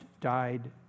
died